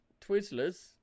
Twizzlers